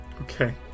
Okay